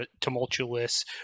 tumultuous